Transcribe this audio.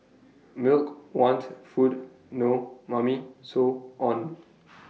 milk want food no Mummy so on